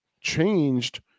changed